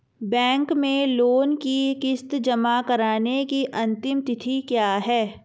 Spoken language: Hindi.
बैंक में लोंन की किश्त जमा कराने की अंतिम तिथि क्या है?